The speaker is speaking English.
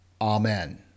Amen